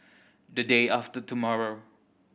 the day after tomorrow